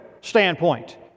standpoint